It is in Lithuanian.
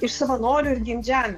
iš savanorių ir gimtdžame